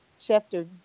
Schefter